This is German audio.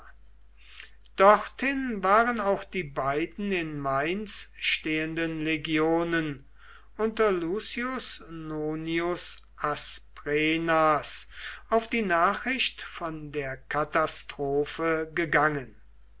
dorthin waren auch die beiden in mainz stehenden legionen unter lucius nonius asprenas auf die nachricht von der katastrophe gegangen